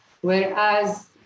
Whereas